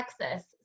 texas